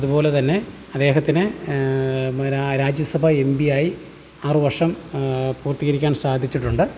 അതുപോലെ തന്നെ അദ്ദേഹത്തിന് ര രാജ്യസഭാ എം പിയായി ആറ് വർഷം പൂർത്തീകരിക്കാൻ സാധിച്ചിട്ടുണ്ട്